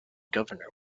governor